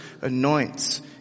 anoints